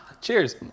Cheers